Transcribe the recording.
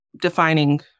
defining